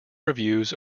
reviews